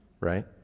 Right